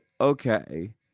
Okay